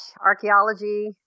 archaeology